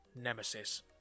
nemesis